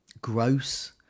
Gross